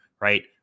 Right